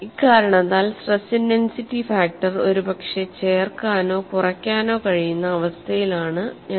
ഇക്കാരണത്താൽ stress intensity factor ഒരുപക്ഷേ ചേർക്കാനോ കുറയ്ക്കാനോ കഴിയുന്ന അവസ്ഥയിലാണ് ഞങ്ങൾ